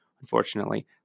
unfortunately